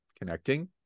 connecting